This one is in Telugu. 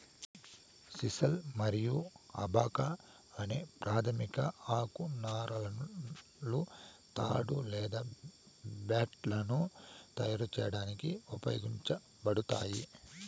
సిసల్ మరియు అబాకా అనే ప్రాధమిక ఆకు నారలు తాడు లేదా మ్యాట్లను తయారు చేయడానికి ఉపయోగించబడతాయి